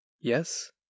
Yes